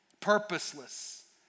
Purposeless